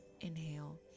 inhale